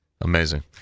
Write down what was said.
Amazing